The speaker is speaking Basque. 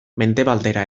mendebaldera